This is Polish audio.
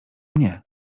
mnie